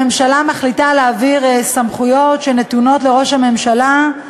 הממשלה מחליטה להעביר סמכויות שנתונות לראש הממשלה,